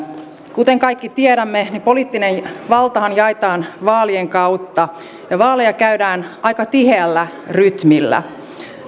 kuten kaikki tiedämme poliittinen valtahan jaetaan vaalien kautta ja vaaleja käydään aika tiheällä rytmillä